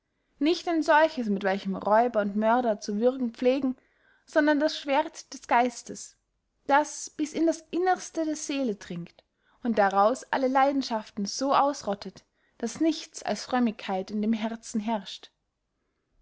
nicht ein solches mit welchem räuber und mörder zu würgen pflegen sondern das schwerdt des geistes das bis in das innerste der seele dringt und daraus alle leidenschaften so ausrottet daß nichts als frömmigkeit in dem herzen herrscht